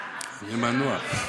אני מנוע.